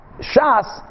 shas